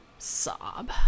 Sob